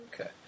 Okay